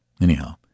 Anyhow